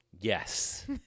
Yes